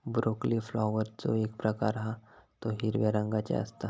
broccoli फ्लॉवरचो एक प्रकार हा तो हिरव्या रंगाचो असता